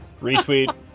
Retweet